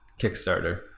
Kickstarter